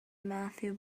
matthew